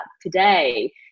today